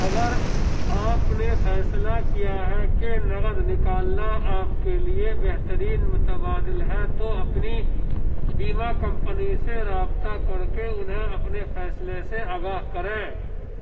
اگر آپ نے فیصلہ کیا ہے کہ نقد نکالنا آپ کے لیے بہترین متبادل ہے تو اپنی بیمہ کمپنی سے رابطہ کر کے انہیں اپنے فیصلے سے آگاہ کریں